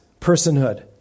personhood